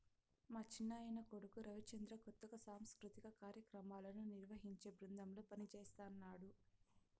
మా చిన్నాయన కొడుకు రవిచంద్ర కొత్తగా సాంస్కృతిక కార్యాక్రమాలను నిర్వహించే బృందంలో పనిజేస్తన్నడు